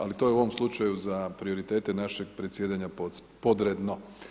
Ali to je u ovom slučaju za prioritete našeg predsjedanja podredno.